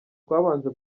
twabanje